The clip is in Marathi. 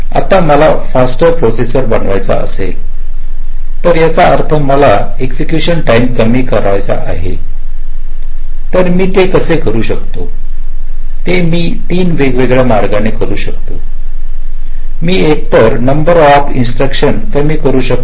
आता मला फास्टर प्रोसेसर बनवायचा असेल तर याचा अर्थ मला एक्सएकशन टाईम कमी करायचा आहे तर मी ते कसे करू शकते ते मी तीन वेगवेगळे मार्गानी करू शकते मी एकतर नंबर ऑफ इिंस्त्रक्शन्स कमी करू शकते